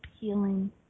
healing